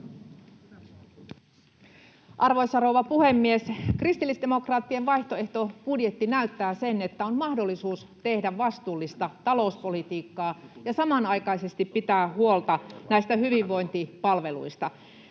Arvoisa rouva puhemies! Kristillisdemokraattien vaihtoehtobudjetti näyttää sen, että on mahdollisuus tehdä vastuullista talouspolitiikkaa ja samanaikaisesti pitää huolta hyvinvointipalveluista.